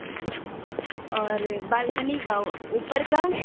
अच्छा और बालकनी का ऊपर का